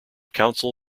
council